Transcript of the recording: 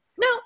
no